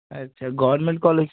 ਅੱਛਾ government college